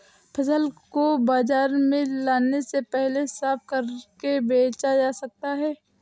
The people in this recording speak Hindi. फसल को बाजार में लाने से पहले साफ करके बेचा जा सकता है?